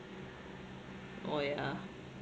oh yeah